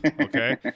okay